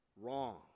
wrong